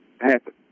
happen